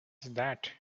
that